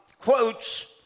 quotes